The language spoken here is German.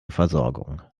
versorgung